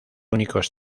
únicos